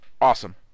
awesome